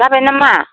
जाबाय नामा